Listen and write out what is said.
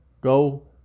go